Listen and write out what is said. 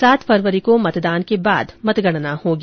सात फरवरी को मतदान के बाद मतगणना होगी